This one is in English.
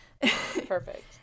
perfect